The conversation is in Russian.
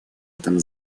этом